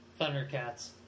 Thundercats